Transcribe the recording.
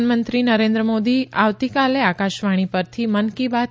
પ્રધાનમંત્રી નરેન્દ્ર મોદી આ આવતીકાલે આકાશવાણી પરથી મન કી બાત